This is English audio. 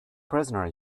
prisoner